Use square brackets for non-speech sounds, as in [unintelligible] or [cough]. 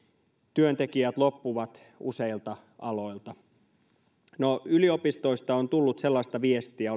työntekijät loppuvat useilta aloilta no yliopistoista olen saanut sellaista viestiä [unintelligible]